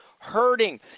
hurting